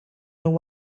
and